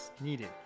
needed